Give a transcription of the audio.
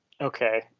okay